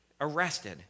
arrested